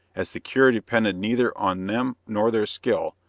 as the cure depended neither on them nor their skill,